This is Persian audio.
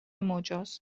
مجاز